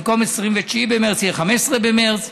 במקום 29 במרס יהיה 15 במרס.